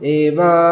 eva